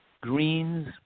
greens